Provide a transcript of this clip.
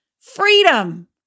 freedom